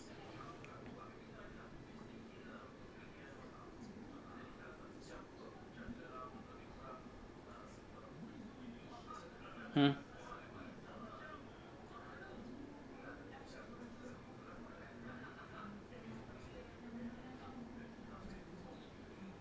mm